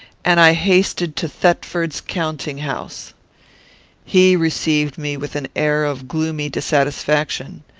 and i hasted to thetford's counting-house. he received me with an air of gloomy dissatisfaction.